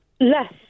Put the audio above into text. less